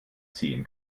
ziehen